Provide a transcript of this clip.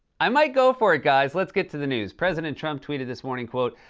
i might go for it, guys. let's get to the news. president trump tweeted this morning. oh,